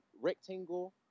rectangle